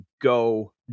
go